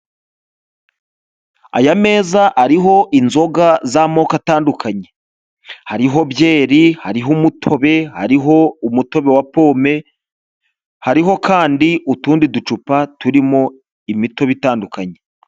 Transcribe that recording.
Aya meza ariho inzoga z'amoko atandukanye, hariho byeri, hariho umutobe, hariho umutobe wa pome, hariho kandi utundi ducupa turimo imitobe itandukanye.